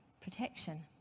protection